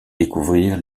découvrir